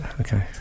okay